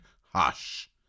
Hush